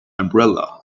umbrella